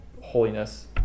holiness